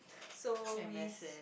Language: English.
so we